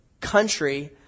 country